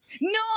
No